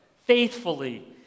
faithfully